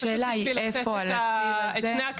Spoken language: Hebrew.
אני חושבת שהשאלה היא איפה על הציר הזה זה ממוקם.